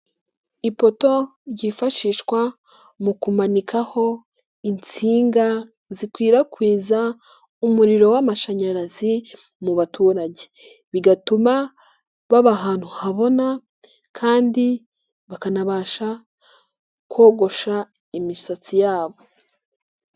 Ipoto ryifashishwa mu kumanikaho insinga zikwirakwiza umuriro w'amashanyarazi mu baturage, bigatuma baba ahantu habona kandi bakanabasha kogosha imisatsi yabo.